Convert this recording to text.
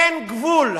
אין גבול.